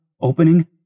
opening